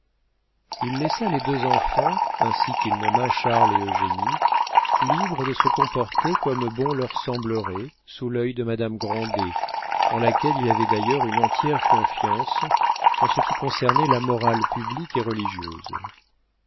il laissa les deux enfants ainsi qu'il nomma charles et eugénie libres de se comporter comme bon leur semblerait sous l'œil de madame grandet en laquelle il avait d'ailleurs une entière confiance en ce qui concernait la morale publique et religieuse